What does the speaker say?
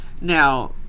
Now